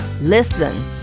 Listen